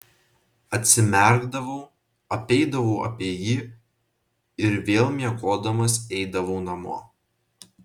atsimerkdavau apeidavau apie jį ir vėl miegodamas eidavau namo